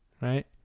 right